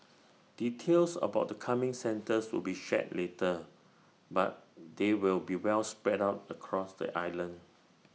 details about the coming centres will be shared later but they will be well spread out across the island